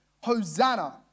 Hosanna